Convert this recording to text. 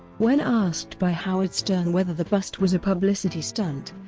when asked by howard stern whether the bust was a publicity stunt,